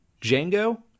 Django